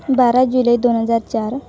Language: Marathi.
बारा जुलै दोन हजार चार